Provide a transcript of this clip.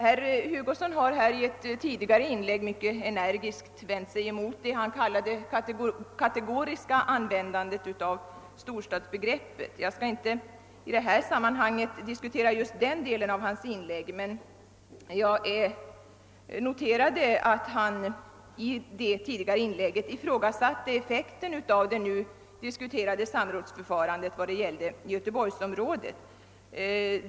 Herr Hugosson har i ett tidigare inlägg mycket energiskt vänt sig mot vad han kallade det kategoriska användandet av storstadsbegreppet. Jag skall i detta sammanhang inte diskutera just den delen av hans inlägg, men jag noterade att han ifrågasatte effekten av det nu diskuterade samrådsförfarandet med avseende på Göteborgsområdet.